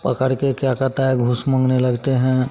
पकड़कर क्या कहता है घूस माँगने लगते हैं